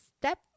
step